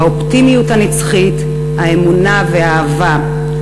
האופטימיות הנצחית, האמונה והאהבה.